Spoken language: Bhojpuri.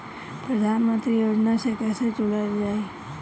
प्रधानमंत्री योजना से कैसे जुड़ल जाइ?